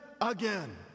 again